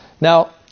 Now